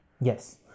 Yes